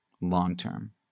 long-term